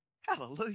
Hallelujah